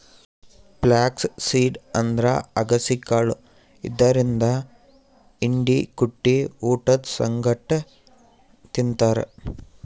flax seed ಅಂದ್ರ ಅಗಸಿ ಕಾಳ್ ಇದರಿಂದ್ ಹಿಂಡಿ ಕುಟ್ಟಿ ಊಟದ್ ಸಂಗಟ್ ತಿಂತಾರ್